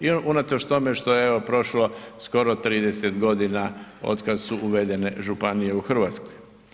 Jer unatoč tome što je evo prošlo skoro 30 godina od kad su uvedene županije u Hrvatskoj.